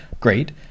Great